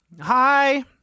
Hi